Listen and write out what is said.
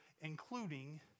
including